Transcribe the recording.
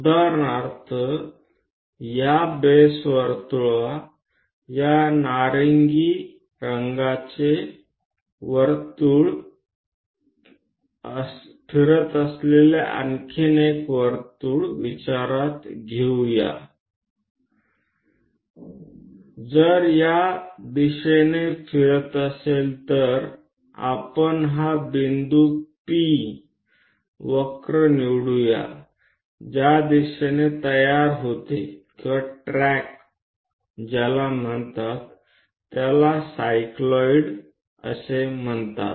उदाहरणार्थ या बेस वर्तुळावर या फिरत असलेले नारिंगी रंगाचे आणखी एक वर्तुळ विचारात घेऊ या जर या दिशेने फिरत असेल तर आपण हा बिंदू P वक्र निवडूया ज्या दिशेने ते तयार होते किंवा ट्रॅक होते त्याला सायक्लोइड म्हणतात